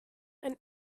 and